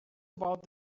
about